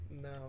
No